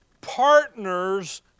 partners